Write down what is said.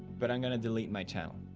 but i'm going to delete my channel.